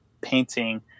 painting